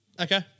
Okay